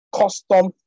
custom